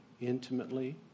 intimately